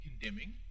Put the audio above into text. condemning